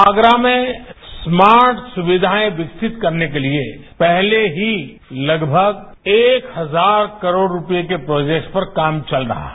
आगरा में स्मार्ट सुविधाएं विकसित करने के लिए पहले ही लगभग एक हजार करोड़ रुपये के प्रोजेक्ट्स पर काम चल रहा है